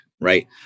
right